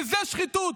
וזו שחיתות,